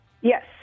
Yes